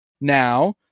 Now